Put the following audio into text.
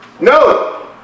No